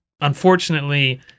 unfortunately